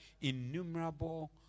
innumerable